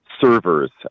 servers